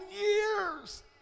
years